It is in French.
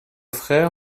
frère